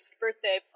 birthday